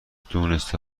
دونسته